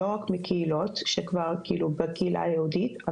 לא רק מקהילות בקהילה היהודית,